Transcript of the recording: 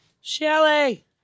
Shelly